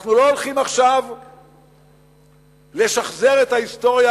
אנחנו לא הולכים עכשיו לשחזר את ההיסטוריה